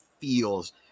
feels